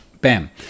Bam